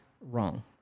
Wrong